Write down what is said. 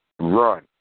Run